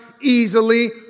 easily